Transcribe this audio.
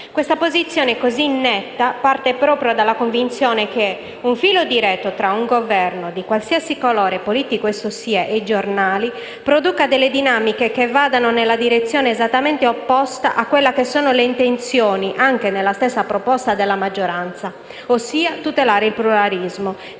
Questa posizione così netta parte proprio dalla convinzione che un filo diretto tra un Governo, di qualsiasi colore politico esso sia, e i giornali produca delle dinamiche che vadano nella direzione esattamente opposta a quelle che sono le intenzioni anche della stessa proposta della maggioranza, ossia tutelare pluralismo,